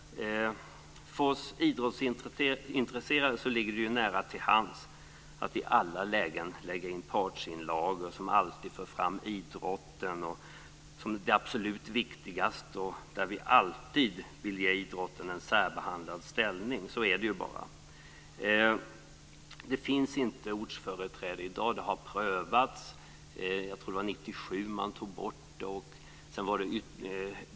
För oss idrottsintresserade ligger det nära till hands att i alla lägen avge partsinlagor som alltid för fram idrotten som det absolut viktigaste och där vi alltid vill ge idrotten en särställning. Så är det bara. Det finns inte ortsföreträde i dag. Det har prövats, men jag tror att det var 1997 som man tog bort det.